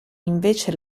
invece